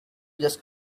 just